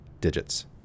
digits